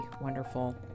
wonderful